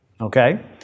Okay